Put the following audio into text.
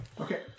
Okay